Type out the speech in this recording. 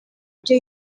ibyo